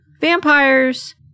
vampires